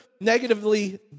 negatively